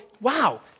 wow